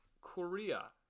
Korea